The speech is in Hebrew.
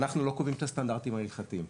אנחנו לא קובעים את הסטנדרטים ההלכתיים.